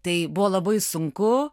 tai buvo labai sunku